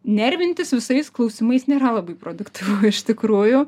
nervintis visais klausimais nėra labai produktyvu iš tikrųjų